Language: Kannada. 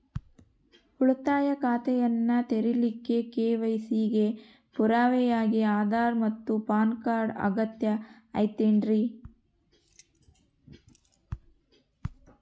ಉಳಿತಾಯ ಖಾತೆಯನ್ನ ತೆರಿಲಿಕ್ಕೆ ಕೆ.ವೈ.ಸಿ ಗೆ ಪುರಾವೆಯಾಗಿ ಆಧಾರ್ ಮತ್ತು ಪ್ಯಾನ್ ಕಾರ್ಡ್ ಅಗತ್ಯ ಐತೇನ್ರಿ?